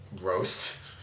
roast